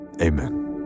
amen